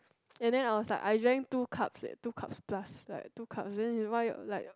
and then I was like I drank two cups leh two cups plus like two cups then why you like